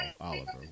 Oliver